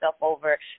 over